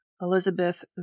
Elizabeth